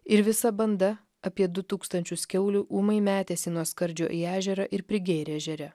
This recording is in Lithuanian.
ir visa banda apie du tūkstančius kiaulių ūmai metėsi nuo skardžio į ežerą ir prigėrė ežere